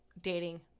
dating